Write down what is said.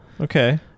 Okay